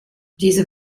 diese